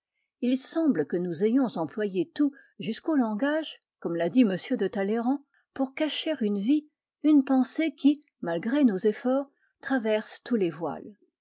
il semble que nous ayons employé tout jusqu'au langage comme l'a dit m de talleyrand pour cacher une vie une pensée qui malgré nos efforts traverse tous les voiles